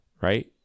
right